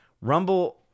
Rumble